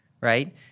right